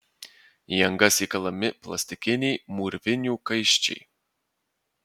į angas įkalami plastikiniai mūrvinių kaiščiai